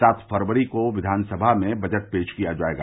सात फरवरी को विधानसभा में बजट पेश किया जायेगा